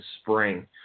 spring